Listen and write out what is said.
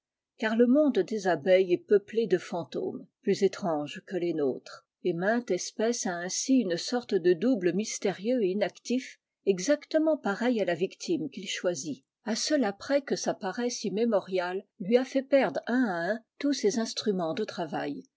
car le monde des abeilles est peuplé de lantômes plua étranges que les nôtres et mainte espèce ainsi une sorte de double mystérieux et insm tif exactement pareil à la victime qu'il ch r i è cela près que sa paresse immémoriale lui a fait perdre un à un tous ses instruments de travail